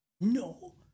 No